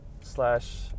slash